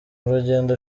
urugendo